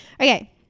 Okay